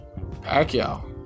Pacquiao